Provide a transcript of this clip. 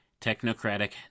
technocratic